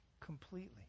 completely